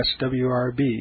swrb